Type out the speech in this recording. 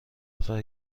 نفر